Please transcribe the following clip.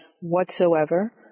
whatsoever